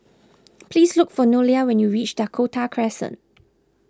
please look for Nolia when you reach Dakota Crescent